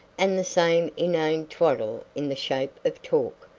and the same inane twaddle in the shape of talk.